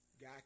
Guy